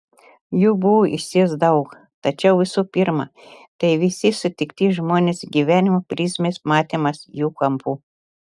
jų buvo išties daug tačiau visų pirma tai visi sutikti žmonės gyvenimo prizmės matymas jų kampu